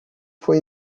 foi